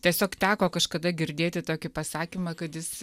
tiesiog teko kažkada girdėti tokį pasakymą kad jis